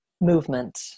movement